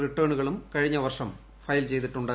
റിട്ടേണുകളും കഴിഞ്ഞ വർഷം ഫയൽ ചെയ്തിട്ടുണ്ട്